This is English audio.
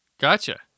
gotcha